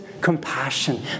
compassion